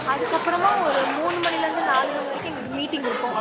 அதுக்கப்புறமா ஒரு மூணு மணிலேருந்து நாலு மணி வரைக்கும் எங்களுக்கு மீட்டிங் இருக்கும்